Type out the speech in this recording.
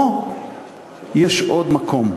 פה יש עוד מקום,